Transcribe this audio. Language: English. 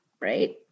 Right